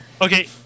Okay